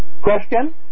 Question